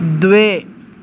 द्वे